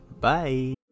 Bye